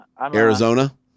Arizona